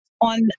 on